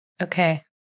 Okay